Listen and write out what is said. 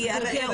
גברתי,